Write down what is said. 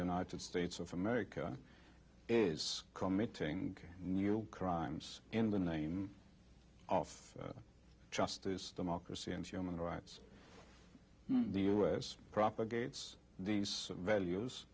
united states of america is committing new crimes in the name of justice democracy and human rights the u s propagates these values